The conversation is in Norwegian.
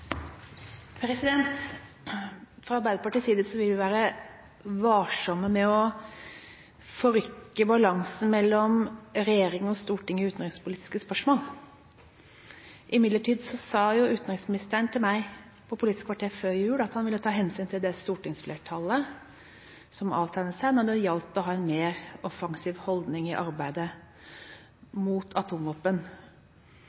Fra Arbeiderpartiets side vil vi være varsomme med å forrykke balansen mellom regjering og storting i utenrikspolitiske spørsmål. Imidlertid sa jo utenriksministeren til meg i Politisk kvarter før jul at han ville ta hensyn til det stortingsflertallet som avtegnet seg når det gjaldt å ha en mer offensiv holdning i arbeidet mot